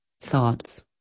thoughts